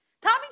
Tommy